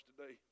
today